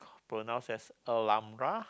pronounced as